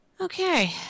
Okay